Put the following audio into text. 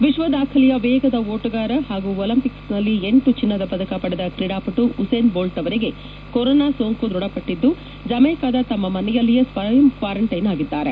ವಿಶ್ವದಾಖಲೆಯ ವೇಗದ ಓಟಗಾರ ಹಾಗೂ ಒಲಿಂಪಿಕ್ಗಳಲ್ಲಿ ಎಂಟು ಚಿನ್ನದ ಪದಕ ಪಡೆದ ಕ್ರೀಡಾಪಟು ಉಸೇನ್ ಬೋಲ್ಟ್ ಅವರಿಗೆ ಕೊರೊನಾ ಸೋಂಕು ದೃಢಪಟ್ಟಿದ್ದು ಜಮೈಕಾದ ತಮ್ಮ ಮನೆಯಲ್ಲಿಯೇ ಸ್ವಯಂ ಕ್ವಾರಂಟೈನ್ ಆಗಿದ್ದಾರೆ